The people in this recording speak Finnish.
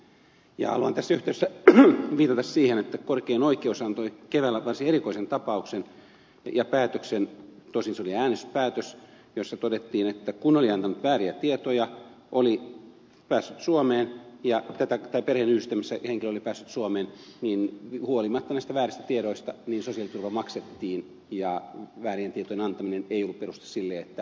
haluan tässä yhteydessä viitata siihen että korkein oikeus antoi keväällä varsin erikoisen päätöksen tosin se oli äänestyspäätös jossa todettiin että oli antanut vääriä tietoja ja perheenyhdistämisessä henkilö oli päässyt suomeen niin huolimatta näistä vääristä tiedoista sosiaaliturva maksettiin eikä väärien tietojen antaminen ollut peruste sille että joutuisi palauttamaan sosiaaliturvan